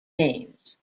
names